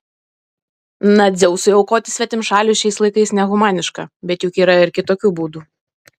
na dzeusui aukoti svetimšalius šiais laikais nehumaniška bet juk yra ir kitokių būdų